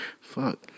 fuck